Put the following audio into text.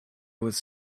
with